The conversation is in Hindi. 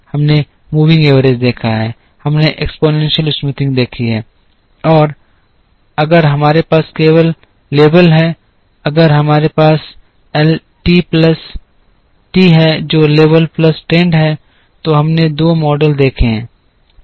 हमने मूविंग एवरेज देखा है हमने एक्सपोनेंशियल स्मूथिंग देखी है अगर हमारे पास केवल लेवल है अगर हमारे पास एल प्लस टी है जो लेवल प्लस ट्रेंड है तो हमने दो मॉडल देखे हैं